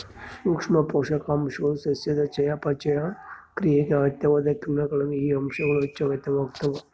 ಸೂಕ್ಷ್ಮ ಪೋಷಕಾಂಶಗಳು ಸಸ್ಯದ ಚಯಾಪಚಯ ಕ್ರಿಯೆಗೆ ಅಗತ್ಯವಾದ ಕಿಣ್ವಗಳಿಗೆ ಈ ಅಂಶಗಳು ಹೆಚ್ಚುಅಗತ್ಯವಾಗ್ತಾವ